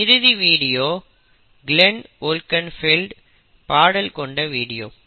இந்த இறுதி video Klein வோல்கென்பெல்டின் பாடல் கொண்ட வீடியோ